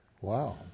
Wow